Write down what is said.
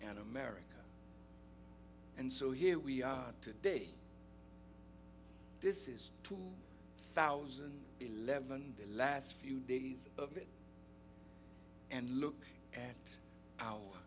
and america and so here we are today this is a thousand and eleven the last few days of it and look at